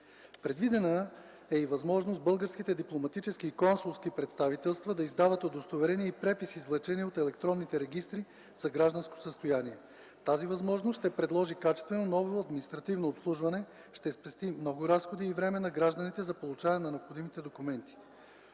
Предвидена е и възможност българските дипломатически и консулски представителства да издават удостоверения и препис-извлечения от електронните регистри за гражданско състояние. Тази възможност ще предложи качествено ново административно обслужване, ще спести много разходи и време на гражданите за получаване на необходимите документи.